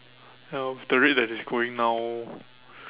ya with the rate that it's going now